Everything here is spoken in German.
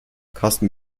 karsten